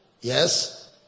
Yes